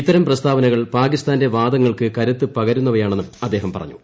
ഇത്തരം പ്രസ്താവനകൾ പാകിസ്ഥാന്റെ വാദങ്ങൾക്ക് കരുത്ത് പകരുന്നവയാണെന്നും അദ്ദേഹം പറഞ്ഞു